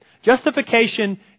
Justification